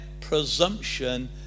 presumption